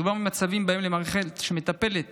מדובר במצבים שבהם למערכת שמטפלת